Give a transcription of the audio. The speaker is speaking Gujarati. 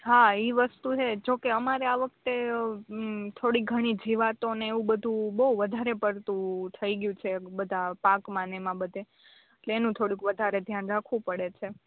હા એ વસ્તુ હે જોકે અમારે આ વખતે થોડી ઘણી જીવાતોને એવું બધું બઉ વધારે પડતું થઈ ગ્યું છે બધા પાકમાંને એમાં બધે એટલે એનું થોંડુંક વધારે ધ્યાન રાખવું પડે છે